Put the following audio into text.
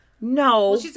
No